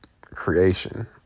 creation